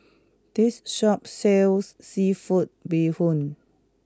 this shop sells Seafood Bee Hoon